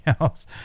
else